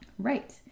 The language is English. Right